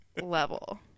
level